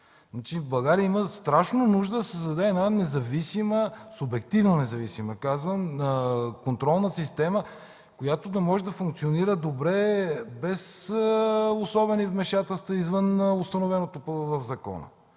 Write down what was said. България има страшна нужда да се създаде субективно независима, казвам, контролна система, която да може да функционира добре, без особени вмешателства, извън установеното в закона,